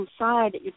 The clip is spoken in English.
inside